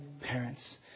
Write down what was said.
parents